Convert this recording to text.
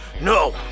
No